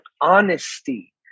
honesty